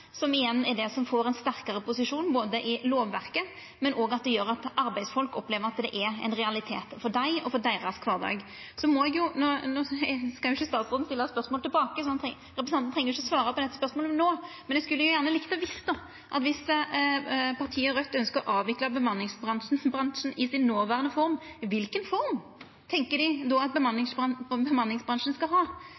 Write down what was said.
som igjen er det som får ein sterkare posisjon i lovverket, og at det gjer at arbeidsfolk opplever at det er ein realitet for dei og for kvardagen deira. No skal jo ikkje statsråden stilla spørsmål tilbake, så representanten treng ikkje å svara på dette spørsmålet no. Men eg skulle gjerne likt å vita: Viss partiet Raudt ønskjer å avvikla bemanningsbransjen i noverande form, kva form tenkjer dei då at